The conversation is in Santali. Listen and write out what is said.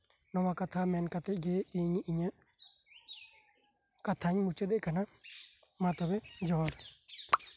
ᱱᱚᱶᱟ ᱠᱟᱛᱷᱟ ᱢᱮᱱ ᱠᱟᱛᱮ ᱜᱮ ᱤᱧ ᱤᱧᱟᱹᱜ ᱠᱟᱛᱷᱟᱧ ᱢᱩᱪᱟᱹ ᱮᱫ ᱠᱟᱱᱟ ᱢᱟ ᱛᱚᱵᱮ ᱡᱚᱦᱟᱨ